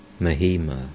Mahima